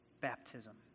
baptism